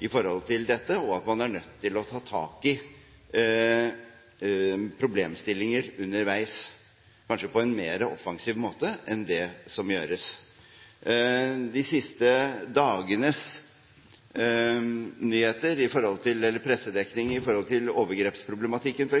og at man er nødt til å ta tak i problemstillinger underveis – kanskje på en mer offensiv måte enn det som gjøres. De siste dagenes pressedekning av f.eks. overgrepsproblematikken,